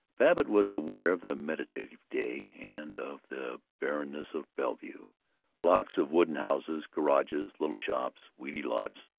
babbitt was aware of the meditative day, and of the barrenness of bellevue blocks of wooden houses, garages, little shops, weedy lots.